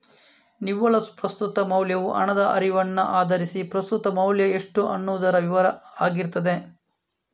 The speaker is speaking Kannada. ನಿವ್ವಳ ಪ್ರಸ್ತುತ ಮೌಲ್ಯವು ಹಣದ ಹರಿವನ್ನ ಆಧರಿಸಿ ಪ್ರಸ್ತುತ ಮೌಲ್ಯ ಎಷ್ಟು ಅನ್ನುದರ ವಿವರ ಆಗಿರ್ತದೆ